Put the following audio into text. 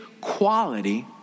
quality